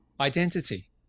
identity